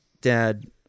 dad